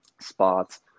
spots